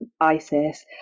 ISIS